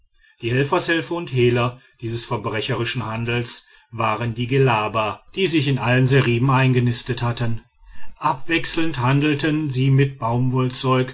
die helfershelfer und hehler dieses verbrecherischen handels waren die gellaba die sich in allen seriben eingenistet hatten abwechselnd handelten sie mit